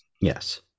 Yes